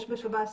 יש בשב"ס